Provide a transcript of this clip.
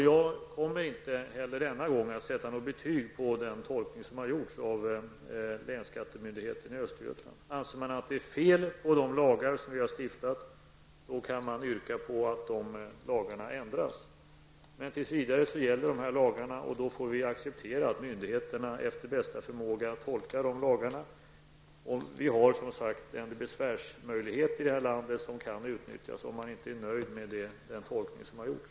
Jag kommer inte heller denna gång att sätta något betyg på den tolkning som gjorts av länsskattemyndigheten i Östergötland. Anser man att det är fel på de lagar som vi har stiftat kan man yrka på att de lagarna ändras. Tills vidare gäller dessa lagar, och då får vi acceptera att myndigheterna efter bästa förmåga tolkar dem. Vi har en besvärsmöjlighet i det här landet som kan utnyttjas om man inte är nöjd med den tolkning som har gjorts.